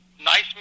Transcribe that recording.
nice